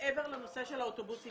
מעבר לנושא של האוטובוסים,